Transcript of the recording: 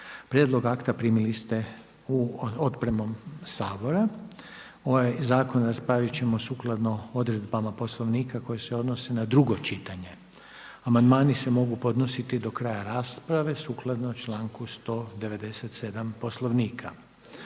Prijedlog akta primili ste otpremom Sabora. Ovaj zakon raspravit ćemo sukladno odredbama Poslovnika koje se odnose na drugo čitanje. Amandmani se mogu podnositi do kraja rasprave sukladno članku 197. Poslovnika.